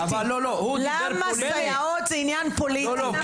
למה סייעות זה עניין פוליטי?